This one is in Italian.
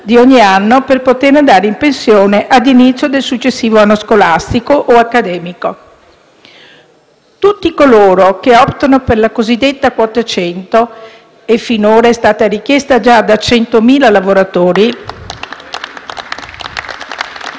di ogni anno per poter andare in pensione all'inizio del successivo anno scolastico o accademico. Tutti coloro che optano per la cosiddetta quota 100 - e finora è stata richiesta già da 100.000 lavoratori